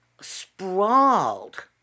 sprawled